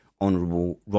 honourable